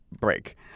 break